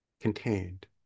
contained